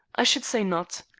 i should say not.